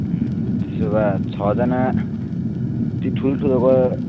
त्यसो भए छजना चाहिँ ठुल्ठुलोको